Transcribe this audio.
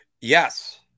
Yes